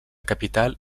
capital